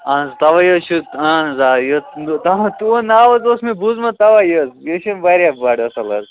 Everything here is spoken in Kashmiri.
اَہَن حظ تَوے حظ چھِ اَہَن حظ آ تُہٕنٛد ناو حظ اوس مےٚ بوٗزٕمُت تَوے حظ یہِ چھِ واریاہ بٔڑ اصٕل حظ